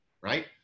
right